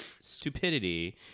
stupidity